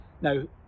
Now